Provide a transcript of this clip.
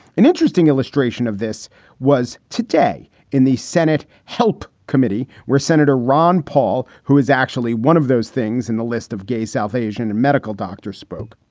an interesting illustration of this was today in the senate help committee, where senator ron paul, who is actually one of those things in the list of gay southasian and medical doctors, spoke.